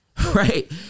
Right